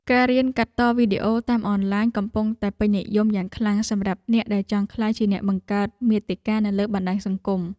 ការរៀនកាត់តវីដេអូតាមអនឡាញកំពុងតែពេញនិយមយ៉ាងខ្លាំងសម្រាប់អ្នកដែលចង់ក្លាយជាអ្នកបង្កើតមាតិកានៅលើបណ្តាញសង្គម។